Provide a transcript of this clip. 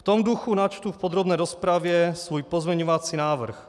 V tom duchu načtu v podrobné rozpravě svůj pozměňovací návrh.